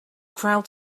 crowd